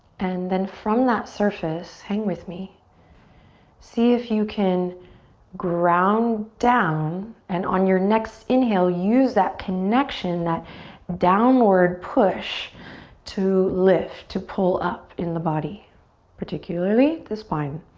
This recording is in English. and then from that surface hang with me see if you can ground down and on your next inhale use that connection that downward push to lift to pull up in the body particularly the spine